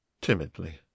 timidly